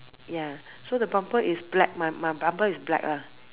ya so the bumper is black my my bumper is black lah